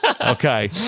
okay